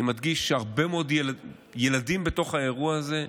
אני מדגיש: הרבה מאוד ילדים בתוך האירוע הזה,